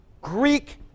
Greek